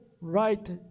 right